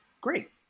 great